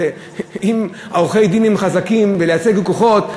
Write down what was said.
ואם עורכי-דין חזקים בלייצג לקוחות,